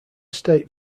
state